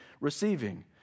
receiving